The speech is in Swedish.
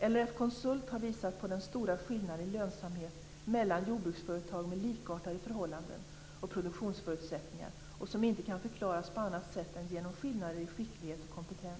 LRF-Konsult har visat på den stora skillnad i lönsamhet mellan jordbruksföretag med likartade förhållanden och produktionsförutsättningar som inte kan förklaras på annat sätt än genom skillnader i skicklighet och kompetens.